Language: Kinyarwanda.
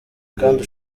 kandi